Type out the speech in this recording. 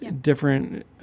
different